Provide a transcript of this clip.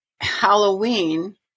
Halloween